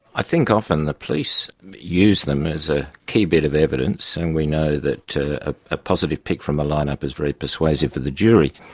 i think often the police use them as a key bit of evidence, and we know that ah a positive pick from a line-up is very persuasive to the jury.